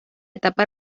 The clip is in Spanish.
etapa